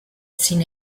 sin